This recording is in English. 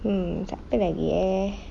mm siapa lagi eh